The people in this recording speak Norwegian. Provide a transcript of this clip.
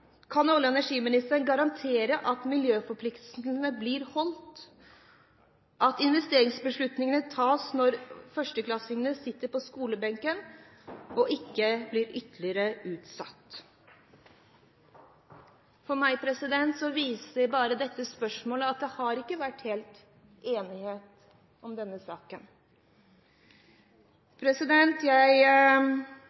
og energiministeren garantere at miljøforpliktelsene blir holdt, og at investeringsbeslutningene tas når førsteklassingen sitter på skolebenken, og ikke blir ytterligere utsatt?» For meg viser dette spørsmålet bare at det ikke har vært helt enighet om denne saken.